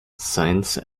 science